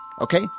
Okay